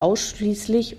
ausschließlich